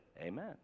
amen